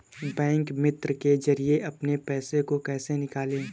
Bank मित्र के जरिए अपने पैसे को कैसे निकालें?